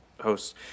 hosts